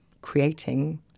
creating